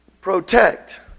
Protect